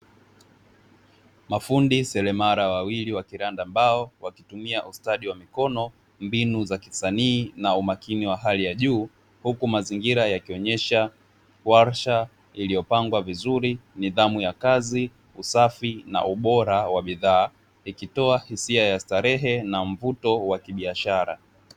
Mafundi seremala wawili wakiranda mbao wakitumia ustadi wa mikono, mbinu za kisanii na umakini wa hali ya juu, huku mazingira yakionyesha warsha iliyopangwa vizuri, nidhamu ya kazi safi na ubora wa bidhaa ikitoa hisia ya kistarehe na mvuto wa kibiashara.